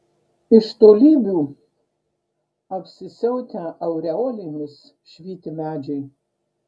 iš tolybių apsisiautę aureolėmis švyti medžiai